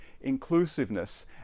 inclusiveness